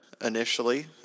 initially